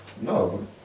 No